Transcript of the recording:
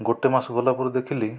ଗୋଟିଏ ମାସ ଗଲା ପରେ ଦେଖିଲି